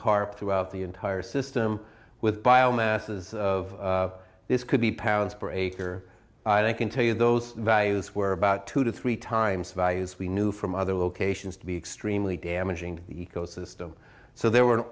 carp throughout the entire system with bio masses of this could be pounds per acre i can tell you those values were about two to three times values we knew from other locations to be extremely damaging to the ecosystem so there were an